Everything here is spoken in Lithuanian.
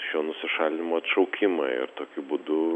šio nusišalinimo atšaukimą ir tokiu būdu